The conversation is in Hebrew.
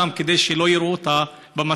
כדי שלא יראו במצלמות: